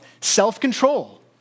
self-control